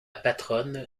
patronne